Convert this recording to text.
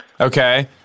Okay